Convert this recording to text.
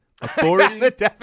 authority